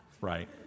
Right